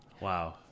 Wow